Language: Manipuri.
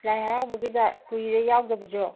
ꯂꯥꯏ ꯍꯥꯔꯥꯎꯕꯒꯤꯗ ꯀꯨꯏꯔꯦ ꯌꯥꯎꯗꯕꯁꯨ